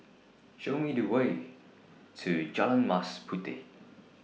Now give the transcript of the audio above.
Show Me The Way to Jalan Mas Puteh